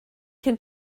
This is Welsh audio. cyn